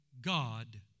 God